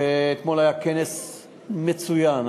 ואתמול היה כנס מצוין,